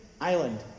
island